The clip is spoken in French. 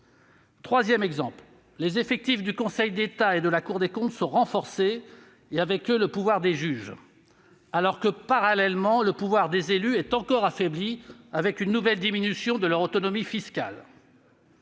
Troisième exemple, les effectifs du Conseil d'État et de la Cour des comptes sont renforcés, et avec eux le pouvoir des juges. Parallèlement, le pouvoir des élus est encore affaibli en raison d'une nouvelle diminution de leur autonomie fiscale.